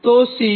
તો આ C2